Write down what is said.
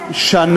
ושנה?